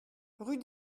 rue